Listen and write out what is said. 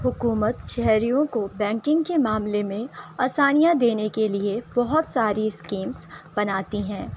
حکومت شہریوں کو بینکنگ کے معاملے میں آسانیاں دینے کے لیے بہت ساری اسکیمس بناتی ہیں